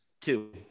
two